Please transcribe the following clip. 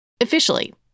Officially